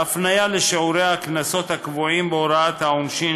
ההפניה לשיעורי הקנסות הקבועים בהוראת העונשין